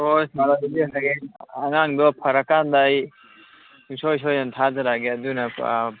ꯍꯣꯏ ꯍꯣꯏ ꯁꯥꯔ ꯑꯗꯨꯗꯤ ꯍꯌꯦꯡ ꯑꯉꯥꯡꯗꯣ ꯐꯔ ꯀꯥꯟꯗ ꯑꯩ ꯁꯨꯡꯁꯣꯏ ꯁꯣꯏꯗꯅ ꯊꯥꯖꯔꯛꯑꯒꯦ ꯑꯗꯨꯅ ꯑꯥ